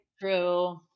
true